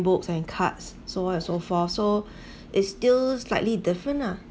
books and cards so on and so forth so it's still slightly different lah